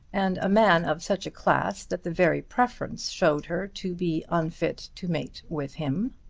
and a man of such a class that the very preference showed her to be unfit to mate with him?